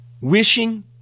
wishing